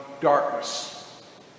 darkness